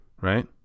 right